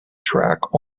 track